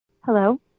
Hello